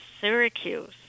Syracuse